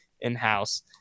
in-house